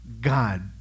God